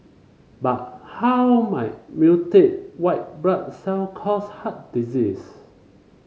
but how might mutated white blood cell cause heart disease